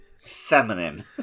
Feminine